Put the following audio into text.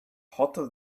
hotter